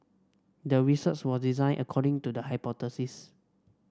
the research was designed according to the hypothesis